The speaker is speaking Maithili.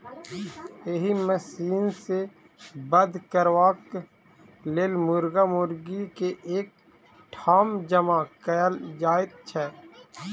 एहि मशीन सॅ वध करबाक लेल मुर्गा मुर्गी के एक ठाम जमा कयल जाइत छै